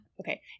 Okay